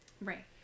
Right